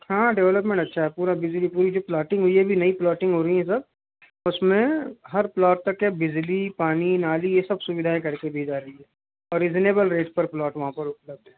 हाँ डेवलपमेंट अच्छा है पूरा बिजली पूरी जो प्लॉटिंग हुई है अभी नई प्लॉटिंग हो रही है सब उस में हर प्लॉट के बिजली पानी नाली ये सब सुविधाएं कर के दी जा रही है और रीजनेबल रेट पर प्लॉट वहाँ पर उपलब्ध है